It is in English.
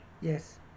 Yes